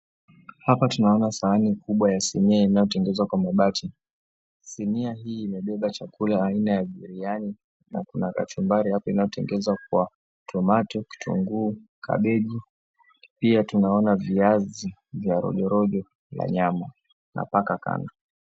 Hapa tunaona sahani kubwa ya sinia inayotengenezwa kwa mabati. Sinia hii imebeba chakula aina ya biriani na kuna kachumbari hapa inayotengezwa kwa tomato , kitunguu, kabeji. Pia tunaona viazi vya rojorojo na nyama na paka kando.